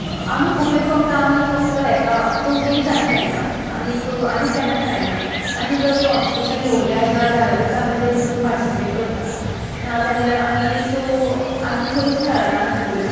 आमी फुगड्यो फकत आमी फकत हाका चवथी दिसांनी खेळटात आनी आनी केन्नाच खेळनात आनी जर कॉम्पिटिशन दवरिल्लें आसा आमी तातूंत पार्टीसिपेट करतात ना जाल्यार आमी त्यो आनी खंयच खेळणात फुगड्यो